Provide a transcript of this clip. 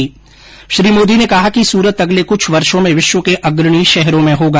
श्री नरेन्द्र मोदी ने कहा है कि सूरत अगले कुछ वर्षों में विश्व के अग्रणी शहरों में होगा